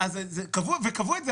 קבעו את זה,